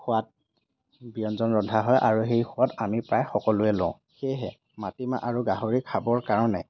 সোৱাদ ব্য়ঞ্জন ৰন্ধা হয় আৰু সেই সোৱাদ আমি প্ৰায় সকলোৱে লওঁ সেয়েহে মাটিমাহ আৰু গাহৰি খাবৰ কাৰণে